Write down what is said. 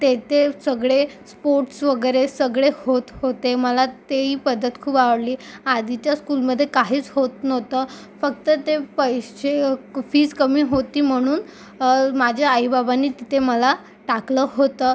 ते ते सगळे स्पोट्स वगैरे सगळे होत होते मला तेही पद्धत खूप आवडली आधीच्या स्कूलमध्ये काहीच होत नव्हतं फक्त ते पैसे कु फीज कमी होती म्हणून माझ्या आईबाबांनी तिथे मला टाकलं होतं